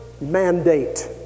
mandate